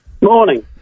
Morning